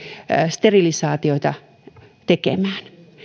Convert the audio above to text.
sterilisaatioita tekemään